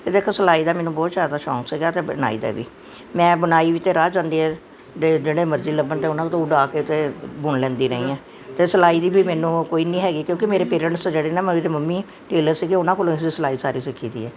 ਦੇਖੋ ਸਿਲਾਈ ਦਾ ਮੈਨੂੰ ਬਹੁਤ ਜ਼ਿਆਦਾ ਸ਼ੌਂਕ ਸੀਗਾ ਅਤੇ ਬੁਣਾਈ ਦਾ ਵੀ ਮੈਂ ਬੁਣਾਈ ਵਿੱਚ ਰਾਹ ਜਾਂਦਿਆ ਦੇ ਜਿਹੜੇ ਮਰਜੀ ਲੱਭਣ 'ਤੇ ਉਹਨਾਂ ਨੂੰ ਉਡਾ ਕੇ ਅਤੇ ਬੁਣ ਲੈਂਦੀ ਰਹੀ ਹਾਂ ਅਤੇ ਸਿਲਾਈ ਦੀ ਵੀ ਮੈਨੂੰ ਕੋਈ ਨਹੀਂ ਹੈਗੀ ਕਿਉਂਕਿ ਮੇਰੇ ਪੇਰੈਂਟਸ ਜਿਹੜੀ ਨਾ ਮੇਰੇ ਨਾ ਮੰਮੀ ਟੇਲਰ ਸੀਗੇ ਉਹਨਾਂ ਕੋਲੋਂ ਅਸੀਂ ਸਿਲਾਈ ਸਾਰੀ ਸਿੱਖੀ ਤੀ ਇਹ